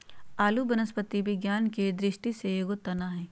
आलू वनस्पति विज्ञान के दृष्टि से एगो तना हइ